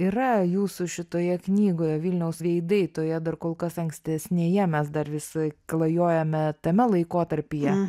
yra jūsų šitoje knygoje vilniaus veidai toje dar kol kas ankstesnėje mes dar vis klajojame tame laikotarpyje